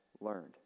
learned